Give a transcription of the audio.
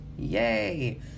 Yay